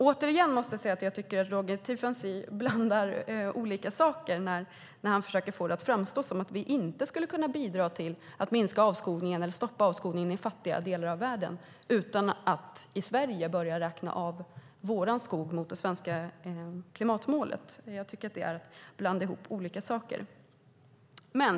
Återigen måste jag säga att jag tycker att Roger Tiefensee blandar ihop olika saker när han försöker få det att framstå som att vi inte skulle kunna bidra till att minska eller stoppa avskogningen i fattiga delar av världen utan att i Sverige börja räkna av vår skog mot det svenska klimatmålet. Det tycker jag är att blanda ihop olika saker.